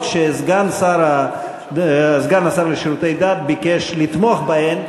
שסגן השר לשירותי דת ביקש לתמוך בהן.